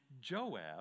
Joab